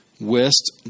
West